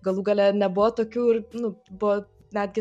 galų gale nebuvo tokių ir nu buvo netgi